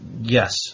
Yes